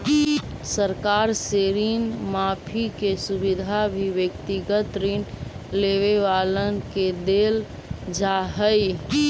सरकार से ऋण माफी के सुविधा भी व्यक्तिगत ऋण लेवे वालन के देल जा हई